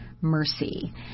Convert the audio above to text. mercy